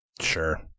Sure